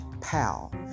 Pal